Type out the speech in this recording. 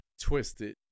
twisted